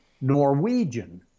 Norwegian